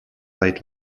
late